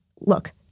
look